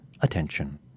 attention